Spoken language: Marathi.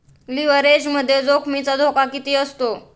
लिव्हरेजमध्ये जोखमीचा धोका किती असतो?